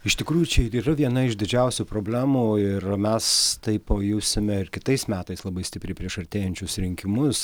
iš tikrųjų čia ir yra viena iš didžiausių problemų ir mes tai pajusime ir kitais metais labai stipriai prieš artėjančius rinkimus